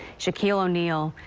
shaquille o'neal,